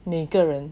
每个人